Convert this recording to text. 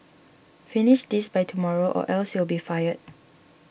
finish this by tomorrow or else you'll be fired